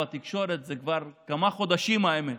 כבר כמה חודשים, האמת,